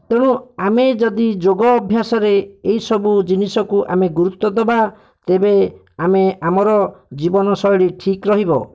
ତେଣୁ ଆମେ ଯଦି ଯୋଗ ଅଭ୍ୟାସରେ ଏହି ସବୁ ଜିନିଷକୁ ଆମେ ଗୁରୁତ୍ଵ ଦେବା ତେବେ ଆମେ ଆମର ଜୀବନଶୈଳୀ ଠିକ୍ ରହିବ